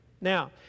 Now